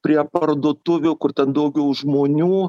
prie parduotuvių kur ten daugiau žmonių